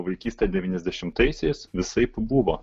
vaikystė devyniasdešimtaisiais visaip buvo